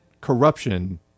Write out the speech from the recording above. corruption